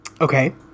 Okay